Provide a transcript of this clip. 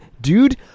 Dude